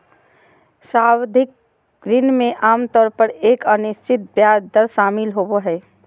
सावधि ऋण में आमतौर पर एक अनिश्चित ब्याज दर शामिल होबो हइ